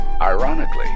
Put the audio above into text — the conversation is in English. Ironically